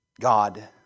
God